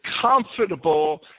comfortable